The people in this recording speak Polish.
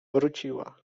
wróciła